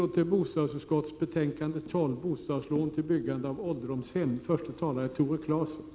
Hon och jag har inte varit så överens, men roligt har det varit. Tack, Blenda Littmarck.